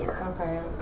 Okay